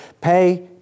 pay